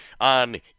on